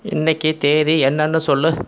இன்னைக்கி தேதி என்னன்னு சொல்